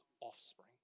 offspring